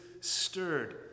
stirred